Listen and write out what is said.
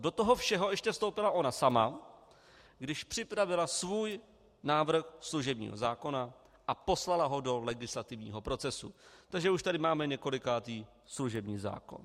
Do toho všeho ještě vstoupila ona sama, když připravila svůj návrh služebního zákona a poslala ho do legislativního procesu, takže už tady máme několikátý služební zákon.